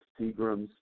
Seagrams